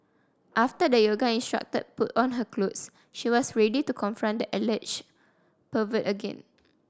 after the yoga instructor put on her clothes she was ready to confront the alleged pervert again